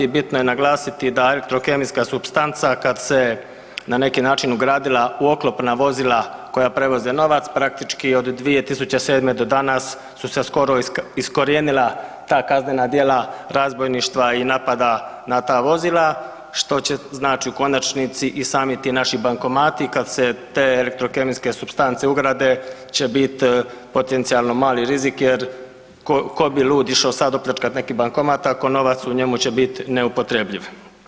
Bitno je naglasiti da elektrokemijska supstanca kad se na neki način ugradila u oklopna vozila koja prevoze novac praktički od 2007. do danas su se skoro iskorijenila ta kaznena djela razbojništva i napada na ta vozila što će u konačnici i sami ti naši bankomati kada se te elektrokemijske supstance ugrade će biti potencijalno mali rizik jer ko bi lud išo sad opljačkat neki bankomat ako novac u njemu će bit neupotrebljiv.